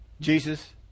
jesus